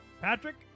Patrick